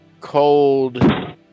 Cold